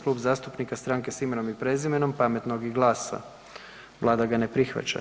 Klub zastupnika Stranke s imenom i prezimenom, Pametnog i GLAS-a, Vlada ga ne prihvaća.